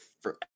forever